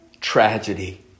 tragedy